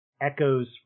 echoes